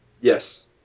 Yes